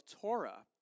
Torah